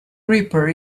reaper